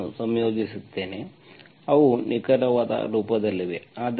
ಈಗ ನಾನು ಸಂಯೋಜಿಸುತ್ತೇನೆ ಅವು ನಿಖರವಾದ ರೂಪದಲ್ಲಿವೆ